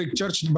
church